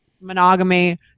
monogamy